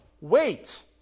wait